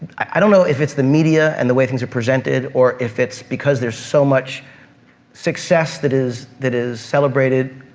i don't know if it's the media and the way things are presented or if it's because there's so much success that is that is celebrated